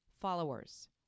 followers